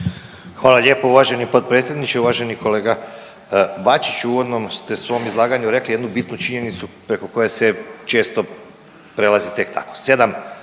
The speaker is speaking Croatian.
Hvala lijepo uvaženi potpredsjedniče. Uvaženi kolega Bačić, u uvodnom ste svom izlaganju rekli jednu bitnu činjenicu preko koje se često prelazi tek tako,